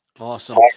Awesome